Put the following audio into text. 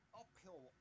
uphill